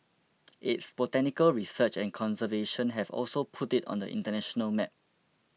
its botanical research and conservation have also put it on the international map